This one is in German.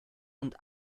und